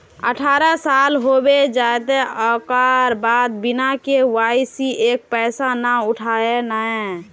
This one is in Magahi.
अठारह साल होबे जयते ओकर बाद बिना के.वाई.सी के पैसा न उठे है नय?